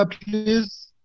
please